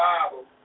Bible